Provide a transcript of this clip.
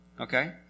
Okay